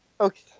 Okay